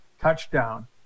touchdown